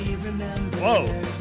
Whoa